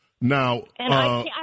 Now